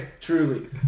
Truly